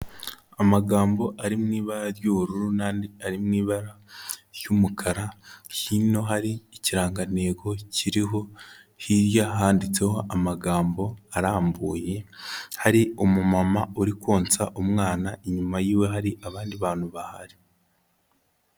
Amagambo ari mu ibara ry'ubururu n'andi ari mu ibara ry'umukara, hino hari ikirangantego kiriho, hirya handitseho amagambo arambuye, hari umumama uri konsa umwana inyuma yiwe hari abandi bantu bahari.